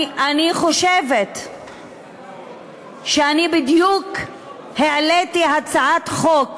אני חושבת שאני בדיוק העליתי הצעת חוק